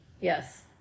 Yes